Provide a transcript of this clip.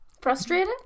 Frustrated